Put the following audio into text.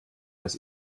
das